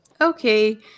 okay